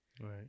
Right